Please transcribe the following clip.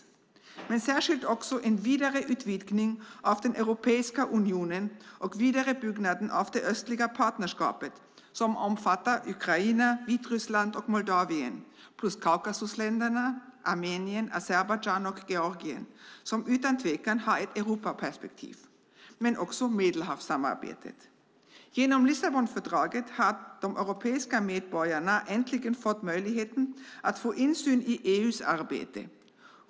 Det gäller särskilt en vidare utvidgning av Europeiska unionen och vidarebyggnaden av Östliga partnerskapet. Det omfattar Ukraina, Vitryssland och Moldavien plus Kaukasusländerna Armenien, Azerbajdzjan och Georgien, som utan tvekan har ett Europaperspektiv, men också Medelhavssamarbetet. Genom Lissabonfördraget har de europeiska medborgarna äntligen fått möjligheten att få insyn i EU:s arbete.